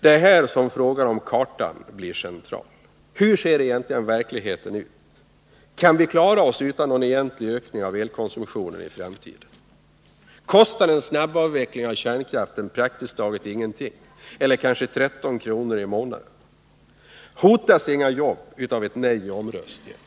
Det är här som frågan om kartan blir central. Hur ser egentligen verkligheten ut? Kan vi klara oss utan någon egentlig ökning av elkonsumtionen i framtiden? Kostar en snabbavveckling av kärnkraften praktiskt taget ingenting, eller kanske 13 kr. i månaden? Hotas inga jobb av ett nej i omröstningen?